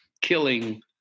killing